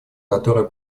который